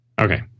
Okay